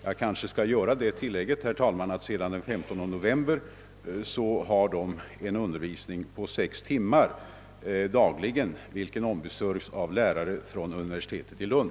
Jag vill också göra det tillägget, herr talman, att sedan den 15 november får dessa läkare en undervisning på sex timmar dagligen, och den undervisningen ombesörjes av lärare från universitetet i Lund.